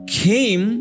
came